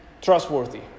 trustworthy